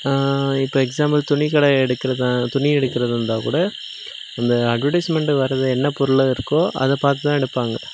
இப்போ எக்ஸ்சாம்பிள் துணி கடை எடுக்கிறதா துணி எடுக்கிறது இருந்தால் கூட அந்த அட்வெர்டைஸ்மெண்ட வர்றது என்ன பொருள் இருக்கோ அதை பார்த்து தான் எடுப்பாங்க